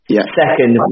Second